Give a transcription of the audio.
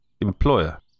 employer